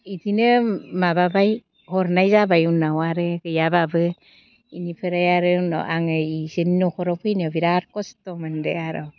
इदिनो माबाबाय हरनाय जाबाय उनाव आरो गैयाब्लाबो इनिफ्राय आरो उनाव आङो इसोरनि न'खराव फैनायाव बिराद खस्थ' मोन्दो आरो